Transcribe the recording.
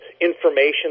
information